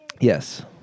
Yes